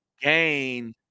gain